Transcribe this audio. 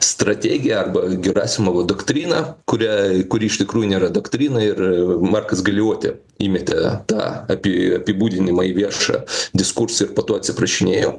strategija arba gerasimovo doktrina kuria kuri iš tikrųjų nėra doktrina ir markas galiotė įmetė tą api apibūdinimai į viešą diskursą ir po to atsiprašinėjo